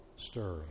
stirring